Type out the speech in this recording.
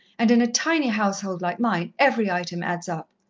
and in a tiny household like mine, every item adds up.